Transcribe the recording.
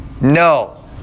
No